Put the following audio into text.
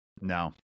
No